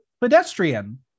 pedestrian